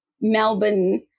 Melbourne